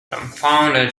dumbfounded